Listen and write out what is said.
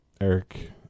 Eric